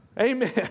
Amen